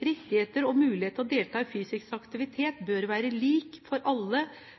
Rettigheter til og muligheter for å delta i fysisk aktivitet bør være likt for alle,